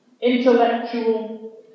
intellectual